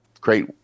great